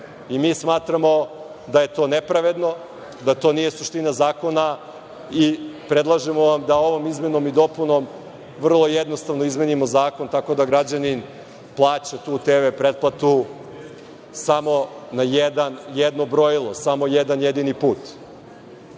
smatramo da je to nepravedno, da to nije suština zakona i predlažemo vam da ovom izmenom i dopunom vrlo jednostavno izmenimo zakon tako da građanin plaća tu TV pretplatu samo na jedno brojilo, samo jedan jedini